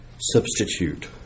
substitute